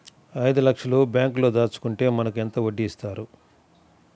ఐదు లక్షల బ్యాంక్లో దాచుకుంటే మనకు ఎంత వడ్డీ ఇస్తారు?